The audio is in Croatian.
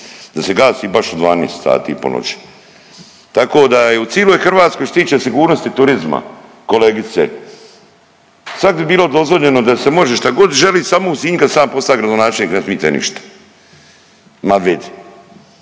da se gasi baš u 12 sati po noći? Tako da je u ciloj Hrvatskoj što se tiče sigurnosti turizma kolegice, … bi bilo dozvoljeno da se može štagod želi samo u Sinju kad sam ja postao gradonačelnik ne smite ništa. Ma vid,